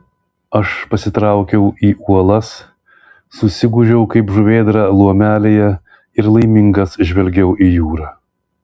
aš pasitraukiau į uolas susigūžiau kaip žuvėdra lomelėje ir laimingas žvelgiau į jūrą